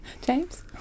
James